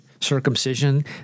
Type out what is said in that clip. circumcision